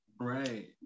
right